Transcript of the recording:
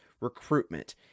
recruitment